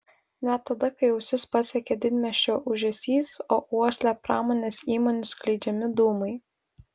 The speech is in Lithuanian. net tada kai ausis pasiekia didmiesčio ūžesys o uoslę pramonės įmonių skleidžiami dūmai